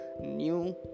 new